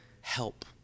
help